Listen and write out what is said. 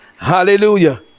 Hallelujah